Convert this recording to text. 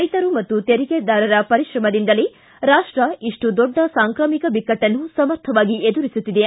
ರೈತರು ಮತ್ತು ತೆರಿಗೆದಾರರ ಪರಿಕ್ರಮದಿಂದಲೇ ರಾಷ್ಟ ಇಷ್ಟು ದೊಡ್ಡ ಸಾಂಕ್ರಾಮಿಕ ಬಿಕಟ್ಟನ್ನು ಸಮರ್ಥವಾಗಿ ಎದುರಿಸುತ್ತಿದೆ